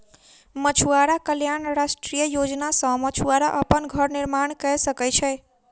मछुआरा कल्याण राष्ट्रीय योजना सॅ मछुआरा अपन घर निर्माण कय सकै छै